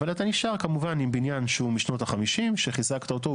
אבל אתה נשאר כמובן עם בניין שהוא משנות ה-50' שחיזקת אותו,